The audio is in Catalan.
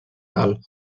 del